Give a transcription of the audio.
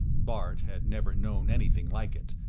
bart had never known anything like it,